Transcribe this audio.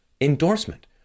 endorsement